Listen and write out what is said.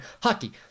hockey